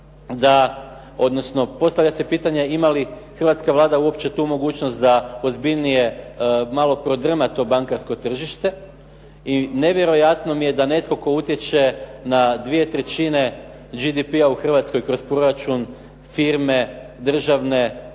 da, odnosno postavlja se pitanje ima li hrvatska Vlada uopće tu mogućnost da ozbiljnije malo prodrma to bankarsko tržište i nevjerojatno mi je da netko tko utječe na 2/3 GDP-a u Hrvatskoj kroz proračun firme državne,